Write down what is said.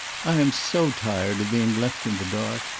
i am so tired of being left in the dark!